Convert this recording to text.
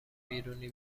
بیرونی